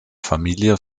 familie